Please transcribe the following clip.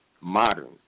modern